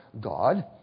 God